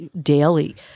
daily